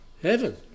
heaven